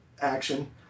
action